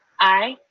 aye.